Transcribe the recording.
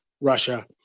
Russia